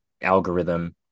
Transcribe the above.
algorithm